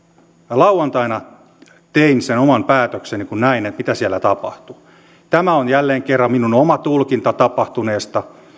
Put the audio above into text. lauantaina tein sen oman päätökseni kun näin mitä siellä tapahtui tämä on jälleen kerran minun oma tulkintani tapahtuneesta